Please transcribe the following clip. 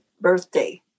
birthday